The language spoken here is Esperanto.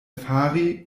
fari